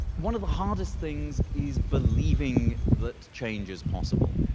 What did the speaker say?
one of the hardest things is believing that change is possible.